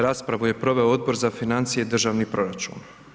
Raspravu je proveo Odbor za financije i državni proračun.